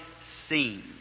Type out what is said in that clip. seen